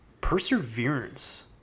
Perseverance